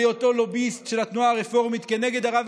על היותו לוביסט של התנועה הרפורמית כנגד הרב